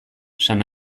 san